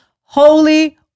holy